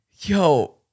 yo